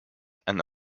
and